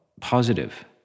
positive